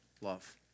love